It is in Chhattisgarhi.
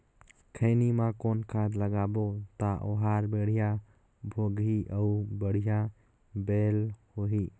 खैनी मा कौन खाद लगाबो ता ओहार बेडिया भोगही अउ बढ़िया बैल होही?